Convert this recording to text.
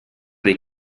dei